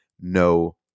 no